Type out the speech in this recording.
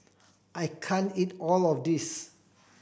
I can't eat all of this